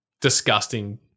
disgusting